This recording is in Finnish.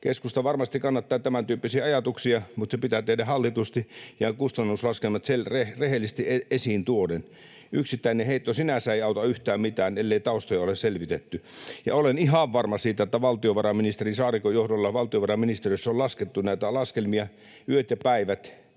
Keskusta varmasti kannattaa tämäntyyppisiä ajatuksia, mutta se pitää tehdä hallitusti ja kustannuslaskelmat rehellisesti esiin tuoden. Yksittäinen heitto sinänsä ei auta yhtään mitään, ellei taustoja ole selvitetty. Ja olen ihan varma siitä, että valtiovarainministeri Saarikon johdolla valtiovarainministeriössä on laskettu näitä laskelmia yöt ja päivät